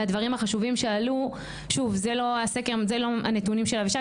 והדברים החשובים שעלו מתוך הסקר שלנו ולא מתוך נתונים של אבישג,